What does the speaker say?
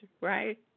right